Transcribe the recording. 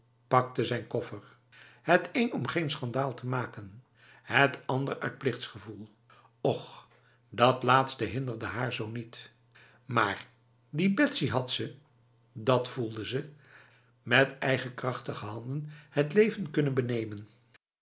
pakte zijn koffer het een om geen schandaal te maken het ander uit plichtsgevoel och dat laatste hinderde haar zo niet maar die betsy had ze dat voelde ze met eigen krachtige handen het leven kunnen benemen